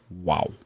wow